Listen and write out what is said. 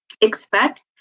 Expect